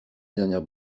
dernière